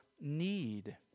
need